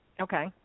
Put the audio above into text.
okay